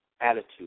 attitude